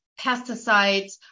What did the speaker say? pesticides